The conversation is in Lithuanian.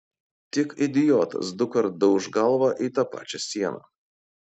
tik idiotas dukart dauš galvą į tą pačią sieną